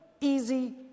easy